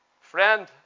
Friend